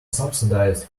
subsidized